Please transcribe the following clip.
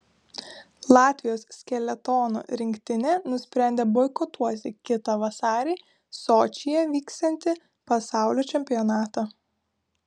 latvijos skeletono rinktinė nusprendė boikotuoti kitą vasarį sočyje vyksiantį pasaulio čempionatą